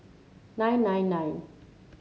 nine nine nine